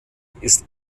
ist